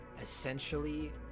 essentially